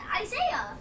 Isaiah